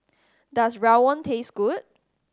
does rawon taste good